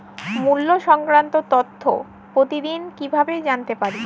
মুল্য সংক্রান্ত তথ্য প্রতিদিন কিভাবে জানতে পারি?